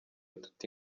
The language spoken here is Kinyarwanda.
tuti